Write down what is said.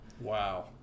Wow